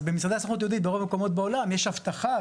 אז במשרדי הסוכנות היהודית ברוב המקומות בעולם יש אבטחה,